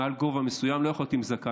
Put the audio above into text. מעל גובה מסוים הוא לא יכול להיות עם זקן,